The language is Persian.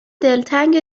دلتنگ